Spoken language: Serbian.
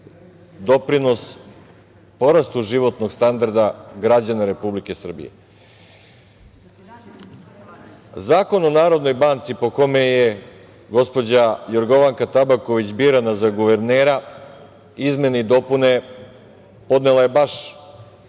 doprinos porastu životnog standarda građana Republike Srbije. Zakon o Narodnoj banci, po kome je gospođa Jorgovanka Tabaković birana za guvernera, izmene i dopune podnela je baš